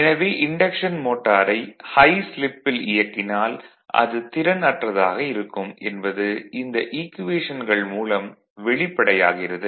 எனவே இன்டக்ஷன் மோட்டாரை ஹை ஸ்லிப்பில் இயக்கினால் அது திறனற்றதாக இருக்கும் என்பது இந்த ஈக்குவேஷன்கள் மூலம் வெளிப்படையாகிறது